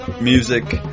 music